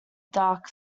dark